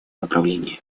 направлении